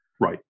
Right